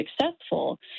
successful